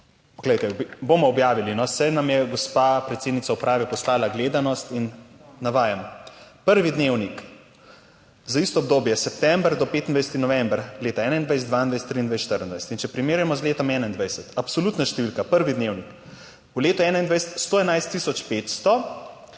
bomo objavili no. Saj nam je gospa predsednica uprave poslala gledanost in navajam prvi dnevnik za isto obdobje, september do 25. november leta 2021, 2022, 2023, 2024. In če primerjamo z letom 2021, absolutna številka. Prvi dnevnik v letu 2021 111